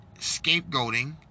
scapegoating